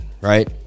right